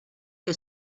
que